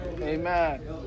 amen